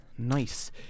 Nice